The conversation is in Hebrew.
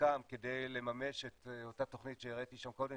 דרכן כדי לממש את אותה תוכנית שהראיתי קודם,